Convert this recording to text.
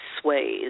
sways